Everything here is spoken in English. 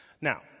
Now